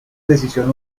decisión